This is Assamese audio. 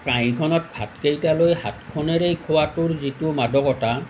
কাঁহীখনত ভাতকেইটা লৈ হাতখনেৰে খোৱাটোৰ যিটো মাদকতা